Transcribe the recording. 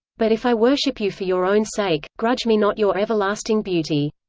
but if i worship you for your own sake, grudge me not your everlasting beauty.